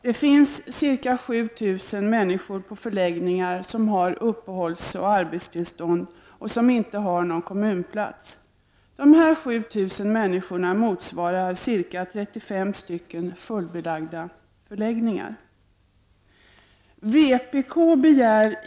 Det finns ca 7000 människor på förläggningarna som har uppehållsoch arbetstillstånd men ingen kommunplats. Dessa 7000 människor skulle fylla ca 35 förläggningar.